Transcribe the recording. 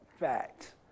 fact